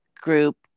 group